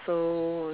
so